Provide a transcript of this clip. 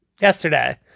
yesterday